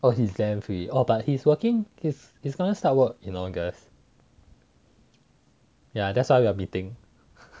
oh he's damn free oh but he's working he is he is going to start work in august yeah that's why we are meeting